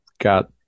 got